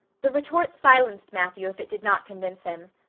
the retort silenced matthew if it did not convince him.